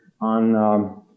on